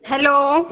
hello